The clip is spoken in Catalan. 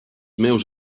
meus